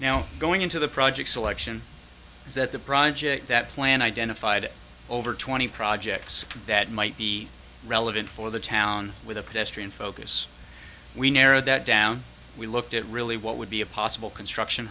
now going into the project selection is that the project that plan identified over twenty projects that might be relevant for the town with a pedestrian focus we narrow that down we looked at really what would be a possible construction